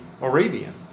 Arabian